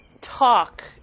talk